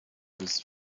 was